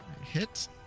hit